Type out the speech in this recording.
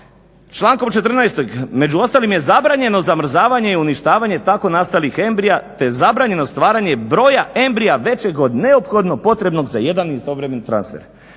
Člankom 14. među ostalim je zabranjeno zamrzavanje i uništavanje tako nastalih embrija, te je zabranjeno stvaranje broja embrija većeg od neophodno potrebnog za jedan istovremeni transfer.